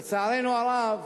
ולצערנו הרב